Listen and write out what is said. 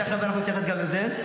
תכף אנחנו נתייחס גם לזה.